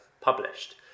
published